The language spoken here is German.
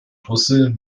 brüssel